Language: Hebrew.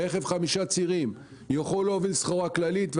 רכב חמישה צירים יכול להוביל סחורה כללית,